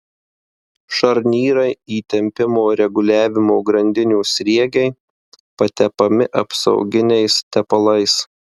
šarnyrai įtempimo reguliavimo grandinių sriegiai patepami apsauginiais tepalais